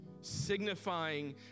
Signifying